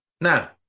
Now